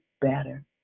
better